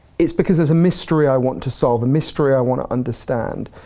it's because there's a mystery i want to solve, a mystery i wanna understand.